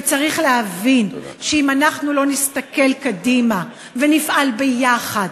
וצריך להבין שאם אנחנו לא נסתכל קדימה ונפעל ביחד,